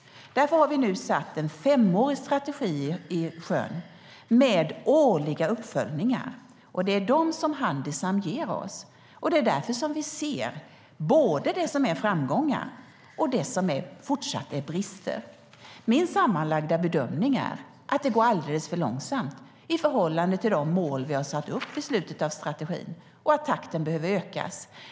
Därför har vi nu sjösatt en femårig strategi med årliga uppföljningar. Det är dem som Handisam ger oss, och därför ser vi både det som varit framgångsrikt och det som fortsatt brister. Min sammanlagda bedömning är att det går alldeles för långsamt i förhållande till de mål vi har satt upp för slutet av strategin och att takten behöver ökas.